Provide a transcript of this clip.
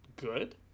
good